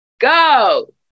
go